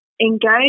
engage